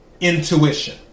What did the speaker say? intuition